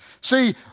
see